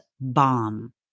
bomb